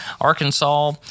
Arkansas